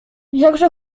jakże